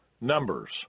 Numbers